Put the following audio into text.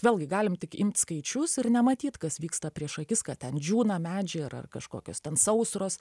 vėlgi galim tik imt skaičius ir nematyt kas vyksta prieš akis kad ten džiūna medžiai ar kažkokios ten sausros